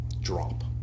drop